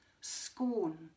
scorn